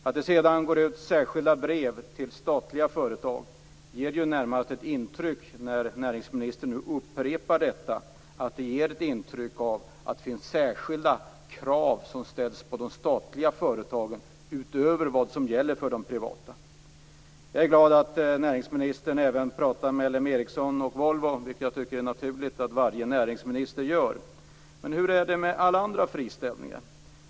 Att det sedan går ut särskilda brev till statliga företag ger, när nu näringsministern upprepar detta, närmast ett intryck av att det finns särskilda krav som ställs på de statliga företagen, utöver vad som gäller för de privata. Jag är glad att näringsministern även talar med Ericsson och Volvo, något som jag tycker att det är naturligt att varje näringsminister gör. Men hur är det med alla andra friställningar?